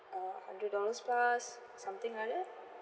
uh hundred dollars plus something like that